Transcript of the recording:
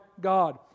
God